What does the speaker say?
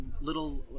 little